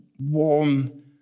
warm